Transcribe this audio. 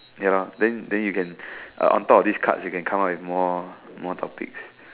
ya lor then then you can uh on top of these cards you can come up with more more topics